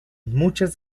muchas